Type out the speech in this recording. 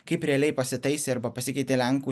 kaip realiai pasitaisė arba pasikeitė lenkų